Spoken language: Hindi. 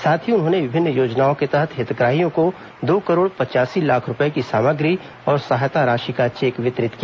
साथ ही उन्होंने विभिन्न योजनाओं के तहत हितग्राहियों को दो करोड़ पचासी लाख रूपए की सामग्री और सहायता राशि का चेक वितरित किया